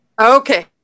Okay